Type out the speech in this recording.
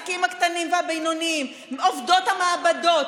כי עמדת פה והצטדקת: זה הדבר הנכון לעשות,